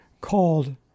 called